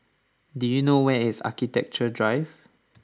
do you know where is Architecture Drive